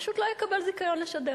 פשוט לא יקבל זיכיון לשדר.